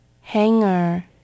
Hanger